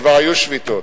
כבר היו שביתות,